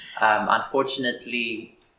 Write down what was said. Unfortunately